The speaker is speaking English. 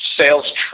sales